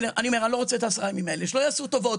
אני לא רוצה את העשרה ימים האלה, שלא יעשו טובות.